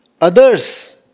others